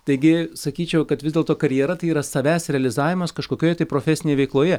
taigi sakyčiau kad vis dėlto karjera tai yra savęs realizavimas kažkokioje tai profesinėje veikloje